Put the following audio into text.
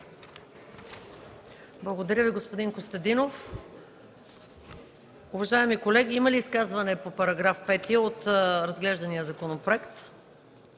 Благодаря Ви, господин Костадинов. Уважаеми колеги, има ли изказвания по § 5 от разглеждания законопроект?